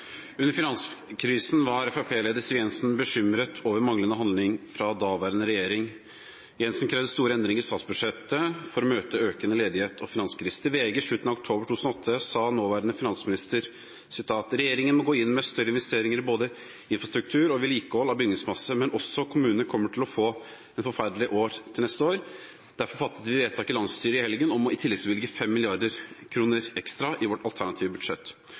daværende regjering. Jensen krevde store endringer i statsbudsjettet for å møte økende ledighet og finanskrise. Til VG i slutten av oktober 2008 sa nåværende finansminister: «Regjeringen må gå inn med større investeringer både i infrastruktur og vedlikehold av bygningsmasse. Men også kommunene kommer til å få et forferdelig år neste år. Derfor fattet vi vedtak på landsstyret i helgen om å tilleggsbevilge 5 milliarder kroner i vårt alternative